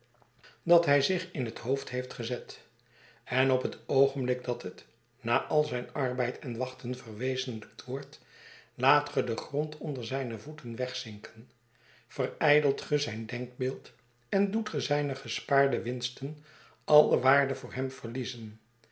dat hij zich in het hoofd heeft gezet en op het oogenblik dat het na al zijn arbeid en wachten verwezenhjkt wordt laat ge den grond onder zijne voeten wegzinken verijdelt ge zijn denkbeeld en doet ge zijne gespaarde winsten alle waarde voor hem verliezen